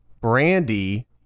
Brandy